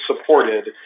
supported